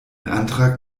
antrag